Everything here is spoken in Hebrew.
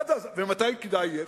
ומתי כדאי יהיה?